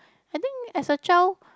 I think as a child